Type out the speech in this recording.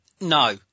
No